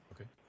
Okay